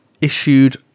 issued